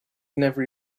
never